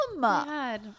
God